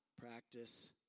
practice